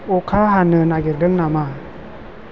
अखा हानो नागिरदों नामा